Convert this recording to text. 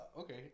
Okay